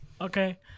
Okay